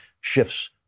shifts